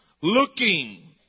Looking